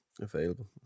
available